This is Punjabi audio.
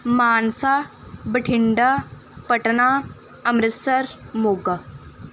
ਮਾਨਸਾ ਬਠਿੰਡਾ ਪਟਨਾ ਅੰਮ੍ਰਿਤਸਰ ਮੋਗਾ